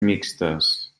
mixtes